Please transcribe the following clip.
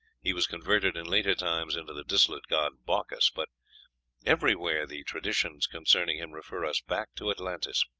he was converted in later times into the dissolute god bacchus. but everywhere the traditions concerning him refer us back to atlantis.